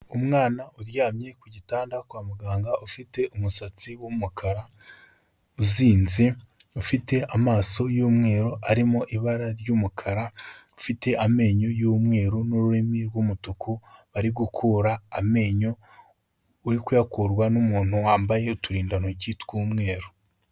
Umwana uryamye ku gitanda kwa muganga, ufite umusatsi w'umukara uzinze, ufite amaso y'umweru arimo ibara ry'umukara, ufite amenyo y'umweru n'ururimi rw'umutuku, ari gukura amenyo, uru kuyakurwa n'umuntu wambaye uturindantoki tw'umweru